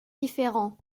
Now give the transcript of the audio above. différents